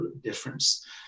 difference